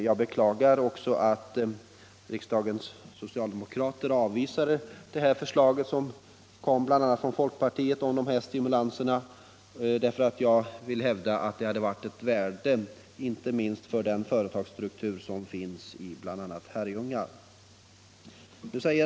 Jag beklagar att riksdagens socialdemokrater avvisade förslaget från bl.a. folkpartiet om sådana stimulanser. De hade varit av värde inte minst för den företagsstruktur som finns i Herrljunga.